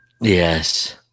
Yes